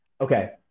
Okay